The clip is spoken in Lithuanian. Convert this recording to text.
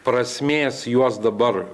prasmės juos dabar